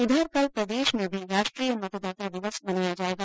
उधर कल प्रदेश में भी राष्ट्रीय मतदाता दिवस मनाया जायेगा